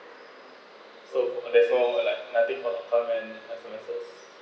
so there's no like nothing more uh prone than S_M_S